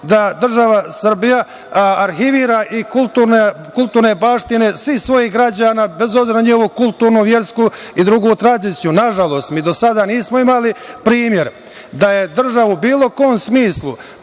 da država Srbija arhivira i kulturne baštine svih svojih građana, bez obzira na njegovo kulturnu, versku i drugu tradiciju. Nažalost, mi do sada nismo imali primer da je država u bilo kom smislu